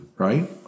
Right